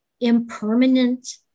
impermanent